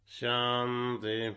shanti